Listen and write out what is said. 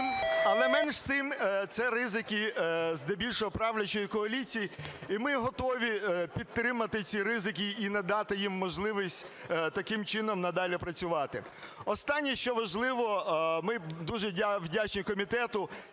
але менш з тим, це ризики здебільшого правлячої коаліції. І ми готові підтримати ці ризики і надати їм можливість таким чином надалі працювати. Останнє, що важливо. Я дуже вдячний комітету